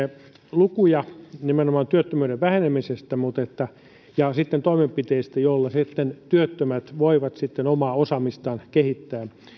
lukuja nimenomaan työttömyyden vähenemisestä ja toimenpiteistä joilla työttömät voivat omaa osaamistaan kehittää